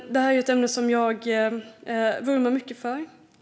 Det här är ett ämne som jag vurmar mycket för.